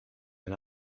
ein